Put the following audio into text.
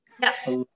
Yes